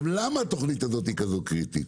למה התכנית הזאת היא כזאת קריטית?